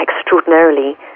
extraordinarily